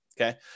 Okay